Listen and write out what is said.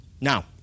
Now